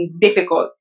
difficult